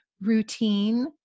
routine